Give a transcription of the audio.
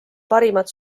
parimad